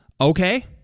Okay